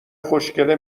خوشکله